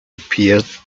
appeared